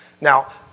Now